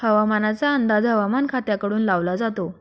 हवामानाचा अंदाज हवामान खात्याकडून लावला जातो